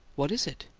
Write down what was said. what is it?